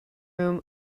room